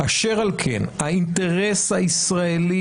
אשר על כן האינטרס הישראלי,